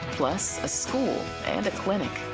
plus a school and clinic.